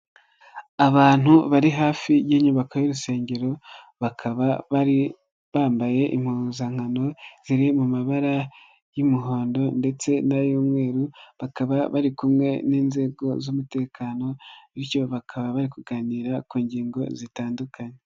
Abantu bari hafi y'inyubako y'urusengero bakaba bari bambaye impuzankano ziri mu mabara y'umuhondo ndetse n'ay'umweru, bakaba bari kumwe n'inzego z'umutekano bityo bakaba bari kuganira ku ngingo zitandukanye.